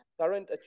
current